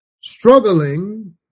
Struggling